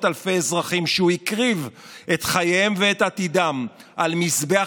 אלפי אזרחים שהוא הקריב את חייהם ואת עתידם על מזבח